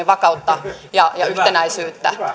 vakautta ja ja yhtenäisyyttä